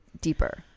deeper